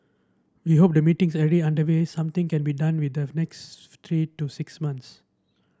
we hope the meetings already underway something can be done with the next three to six months